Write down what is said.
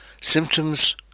Symptoms